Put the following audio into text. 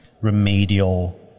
remedial